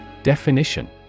Definition